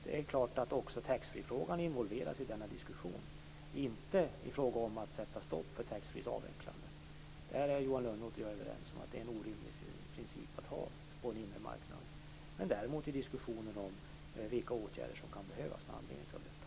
Det är klart att också taxfreefrågan involveras i denna diskussion, inte i fråga om att sätta stopp för avvecklingen av taxfree - Johan Lönnroth och jag är överens om att det är en orimlig princip att ha på en inre marknad - men däremot i fråga om vilka åtgärder som kan behöva vidtas med anledning av detta.